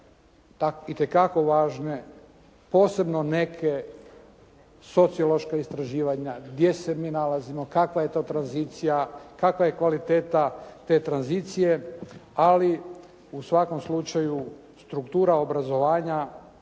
itekako važne posebno neke; sociološka istraživanja gdje se mi nalazimo, kakva je to tranzicija, kakva je kvaliteta te tranzicije ali u svakom slučaju struktura obrazovanja